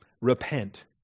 repent